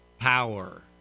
Power